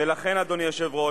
אדוני היושב-ראש,